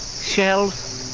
shells,